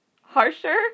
harsher